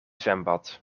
zwembad